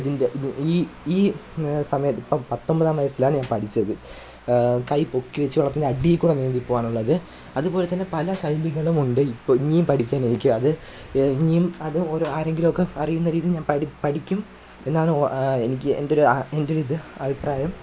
ഇതിന്റെ ഈ സമയത്ത് ഇപ്പം പത്തൊൻപതാം വയസ്സിലാണ് ഞാന് പഠിച്ചത് കൈ പൊക്കി വെച്ചു വെള്ളത്തിന്റെ അടിയിൽ കൂടി നീന്തിപോകാനുള്ളത് അതുപോലെ തന്നെ പല ശൈലികളും ഉണ്ട് ഇപ്പോൾ ഇനിയും പഠിക്കാനിരിക്കുവാ അത് ഇനിയും അത് ഓരോ ആരെങ്കിലും ഒക്കെ പറയുന്ന രീതി ഞാന് പഠി പഠിക്കും എന്നാണ് എനിക്ക് എന്റെ ഒരിത് അഭിപ്രായം